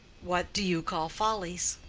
what do you call follies?